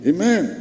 Amen